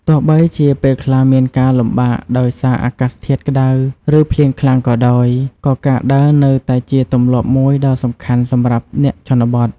ទោះបីជាពេលខ្លះមានការលំបាកដោយសារអាកាសធាតុក្តៅឬភ្លៀងខ្លាំងក៏ដោយ ក៏ការដើរនៅតែជាទម្លាប់មួយដ៏សំខាន់សម្រាប់អ្នកជនបទ។